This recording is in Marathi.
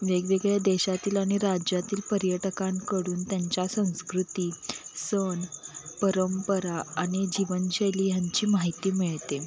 वेगवेगळ्या देशातील आणि राज्यातील पर्यटकांकडून त्यांच्या संस्कृती सण परंपरा आणि जीवनशैली ह्यांची माहिती मिळते